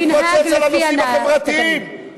תצטרכו להחליט אם